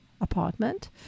apartment